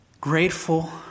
grateful